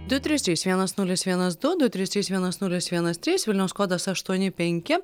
du trys trys vienas nulis vienas du du trys trys vienas nulis vienas trys vilniaus kodas aštuoni penki